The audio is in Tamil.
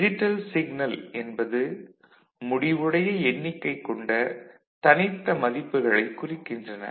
டிஜிட்டல் சிக்னல் என்பது முடிவுடைய எண்ணிக்கை கொண்ட தனித்த மதிப்புகளைக் குறிக்கின்றன